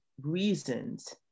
reasons